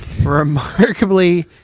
Remarkably